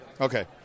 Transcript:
Okay